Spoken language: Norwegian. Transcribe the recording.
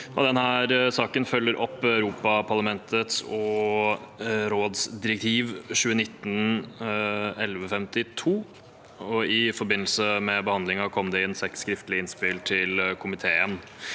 Denne saken følger opp Europaparlaments- og rådsdirektiv 2019/1152. I forbindelse med behandlingen kom det inn seks skriftlige innspill til komiteen.